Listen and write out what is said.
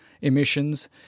emissions